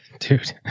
Dude